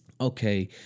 Okay